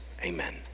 Amen